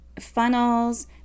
funnels